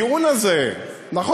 הטיעון הזה, למה זה התחיל בכלל?